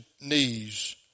knees